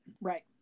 Right